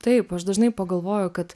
taip aš dažnai pagalvoju kad